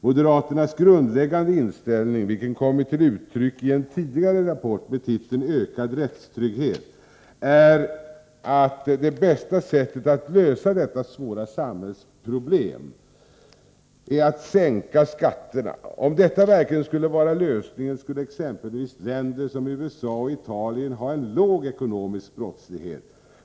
Moderaternas grundläggande inställning, vilken kommit till uttryck i en tidigare rapport med titeln Ökad rättstrygghet, är att det bästa sättet att lösa detta svåra samhällsproblem är att sänka skatterna. Om detta verkligen skulle vara lösningen, borde exempelvis länder som USA och Italien ha en låg ekonomisk brottslighet.